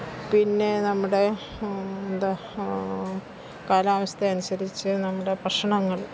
പിന്നെ നമ്മുടെ എന്താ കാലാവസ്ഥയനുസരിച്ച് നമ്മുടെ ഭക്ഷണങ്ങള്